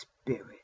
Spirit